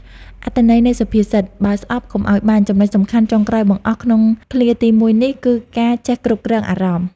អត្ថន័យនៃសុភាសិត "បើស្អប់កុំឲ្យបាញ់" ចំណុចសំខាន់ចុងក្រោយបង្អស់ក្នុងឃ្លាទីមួយនេះ គឺការចេះគ្រប់គ្រងអារម្មណ៍។